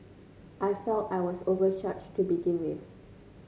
I felt I was overcharged to begin with